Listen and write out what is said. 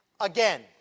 again